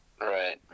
Right